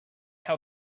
how